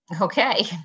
okay